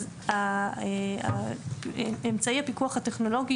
אז אמצעי הפיקוח הטכנולוגי